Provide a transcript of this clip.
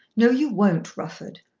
no you won't, rufford.